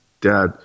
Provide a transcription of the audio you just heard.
Dad